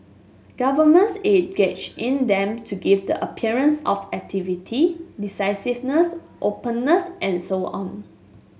governments engage in them to give the appearance of activity decisiveness openness and so on